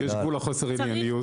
לא,